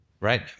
Right